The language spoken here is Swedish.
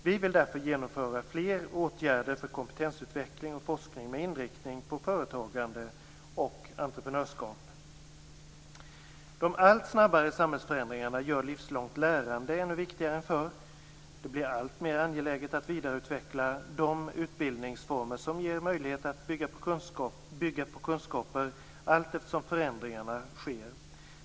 Vi vill därför genomföra fler åtgärder för kompetensutveckling och forskning med inriktning på företagande och entreprenörskap. De allt snabbare samhällsförändringarna gör livslångt lärande ännu viktigare än förr. Det blir alltmer angeläget att vidareutveckla de utbildningsformer som ger möjlighet att bygga på kunskaper allt eftersom förändringarna sker.